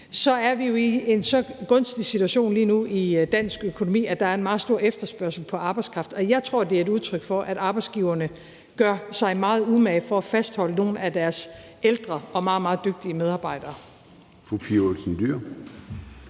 at vi jo er i en så gunstig situation lige nu i dansk økonomi, at der er en meget stor efterspørgsel på arbejdskraft. Jeg tror, at det er et udtryk for, at arbejdsgiverne gør sig meget umage for at fastholde nogle af deres ældre og meget, meget dygtige medarbejdere. Kl.